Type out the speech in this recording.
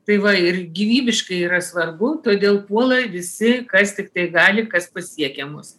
tai va ir gyvybiškai yra svarbu todėl puola visi kas tiktai gali kas pasiekia mus